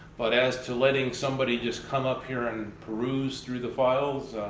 but as to letting somebody just come up here and peruse through the files,